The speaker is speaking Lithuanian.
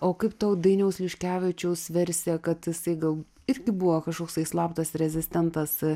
o kaip tau dainiaus liškevičiaus versija kad jisai gal irgi buvo kažkoksai slaptas rezistentas